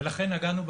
ולכן נגענו,